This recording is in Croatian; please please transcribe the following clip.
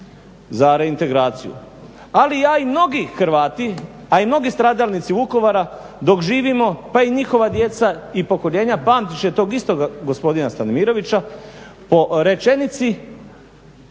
za reintegraciju, ali ja i mnogi Hrvati a i mnogi stradalnici Vukovara dok živimo pa i njihova djeca i pokoljenja pamtit će tog istoga gospodina Stanimirovića po rečenici